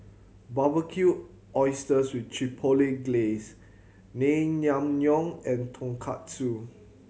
Barbecued Oysters with Chipotle Glaze Naengmyeon and Tonkatsu